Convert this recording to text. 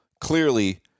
clearly